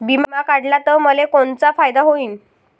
बिमा काढला त मले कोनचा फायदा होईन?